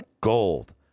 gold